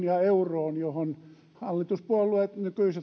ja euroon johon nykyiset hallituspuolueet